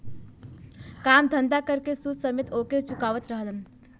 काम धंधा कर के सूद समेत ओके चुकावत रहलन